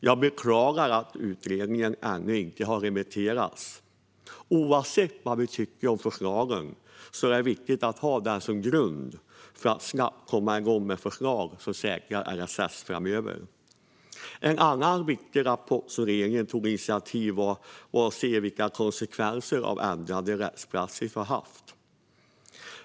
Jag beklagar att detta ännu inte har remitterats. Oavsett vad vi tycker om förslagen är det viktigt att ha översynen som en grund för att snabbt komma igång med förslag som säkrar LSS framöver. En annan viktig rapport som regeringen tog initiativ till var en översyn av vilka konsekvenser den ändrade rättspraxis har haft.